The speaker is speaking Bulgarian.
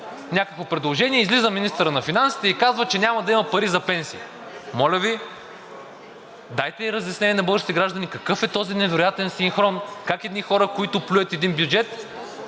някакво предложение, излиза министърът на финансите и казва, че няма да има пари за пенсии. Моля Ви, дайте и разяснение на българските граждани какъв е този невероятен синхрон. Как едни хора, които плюят един бюджет